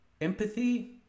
Empathy